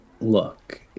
Look